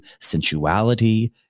sensuality